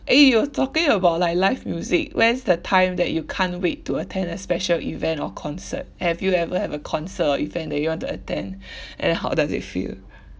eh you were talking about like live music where is the time that you can't wait to attend a special event or concert have you ever have a concert or event that you want to attend and how does it feel